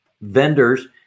vendors